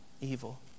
evil